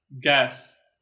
guess